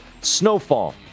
Snowfall